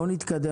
בואו נתקדם.